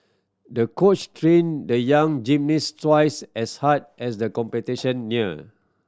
the coach trained the young gymnast twice as hard as the competition neared